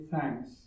thanks